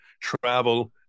travel